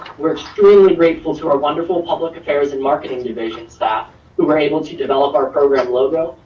we're extremely grateful to our wonderful public affairs and marketing division staff who were able to develop our program logo,